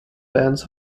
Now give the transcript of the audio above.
bands